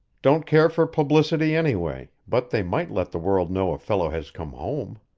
don't care for publicity, anyway, but they might let the world know a fellow has come home.